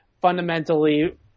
fundamentally